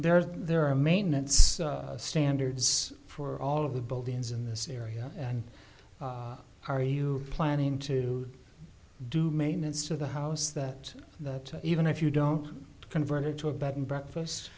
are there are maintenance standards for all of the buildings in this area and are you planning to do maintenance to the house that that even if you don't convert it to a bed and breakfast